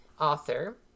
author